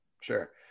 Sure